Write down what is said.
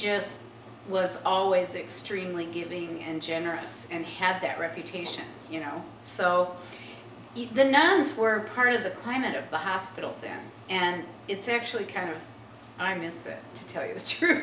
just was always extremely giving and generous and have that reputation you know so even the nuns were part of the climate of the hospital there and it's actually kind of i miss to tell you the truth